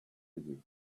you